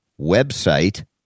website